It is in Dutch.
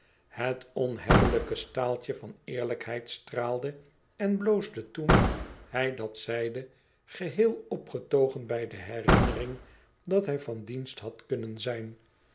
het onhebbelijke staaltje van eerlijkheid straalde en bloosde toen hij dat zeide geheel opgetogen bij de herinnering dat hij van dienst had kunnen zijn